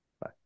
Bye